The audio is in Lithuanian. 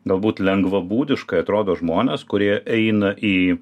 galbūt lengvabūdiškai atrodo žmonės kurie eina į